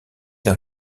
d’un